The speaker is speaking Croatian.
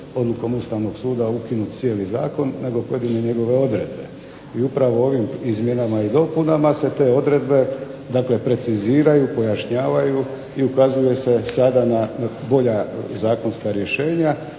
odlukom Ustavnog suda ukinut cijeli zakon, nego pojedine njegove odredbe. I upravo ovim izmjenama i dopunama se te odredbe, dakle preciziraju, pojašnjavaju i ukazuje se sada na bolja zakonska rješenja.